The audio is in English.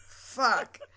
Fuck